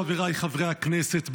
חבריי חברי הכנסת,